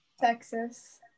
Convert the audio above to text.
Texas